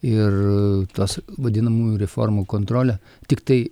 ir tas vadinamųjų reformų kontrolę tiktai